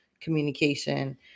communication